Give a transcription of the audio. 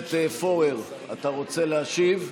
הכנסת פורר, אתה רוצה להשיב?